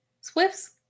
Swift's